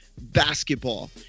basketball